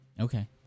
Okay